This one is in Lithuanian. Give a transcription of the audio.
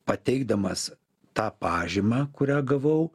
pateikdamas tą pažymą kurią gavau